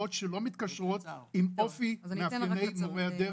המדוברות לא מתקשרות עם אופי תפקידו של מורה הדרך.